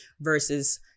versus